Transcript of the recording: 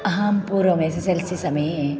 अहं पूर्वम् S S L C समये